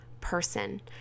person